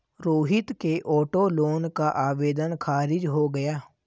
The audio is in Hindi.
रोहित के ऑटो लोन का आवेदन खारिज हो गया